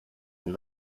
and